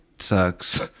sucks